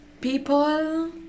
people